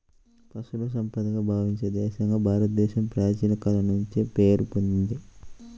పశువుల్ని సంపదగా భావించే దేశంగా భారతదేశం ప్రాచీన కాలం నుంచే పేరు పొందింది